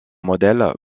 modèle